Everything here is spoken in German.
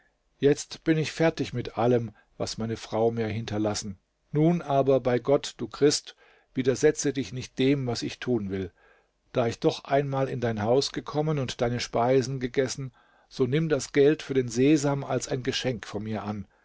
jetzt bin ich fertig mit allem was meine frau mir hinterlassen nun aber bei gott du christ widersetze dich nicht dem was ich tun will da ich doch einmal in dein haus gekommen und deine speisen gegessen so nimm das geld für den sesam als ein geschenk von mir an